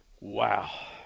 Wow